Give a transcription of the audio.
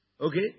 Okay